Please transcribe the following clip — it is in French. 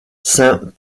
saint